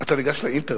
אתה ניגש לאינטרנט.